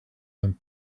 them